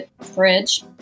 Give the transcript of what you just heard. fridge